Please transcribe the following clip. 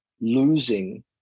losing